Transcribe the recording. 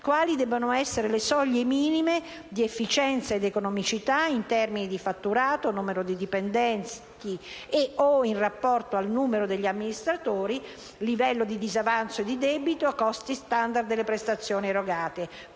Quali le soglie minime di efficienza ed economicità in termini di fatturato, numero di dipendenti e/o in rapporto al numero degli amministratori, livello di disavanzo e di debito, costi *standard* e prestazioni erogate?